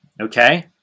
okay